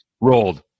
Rolled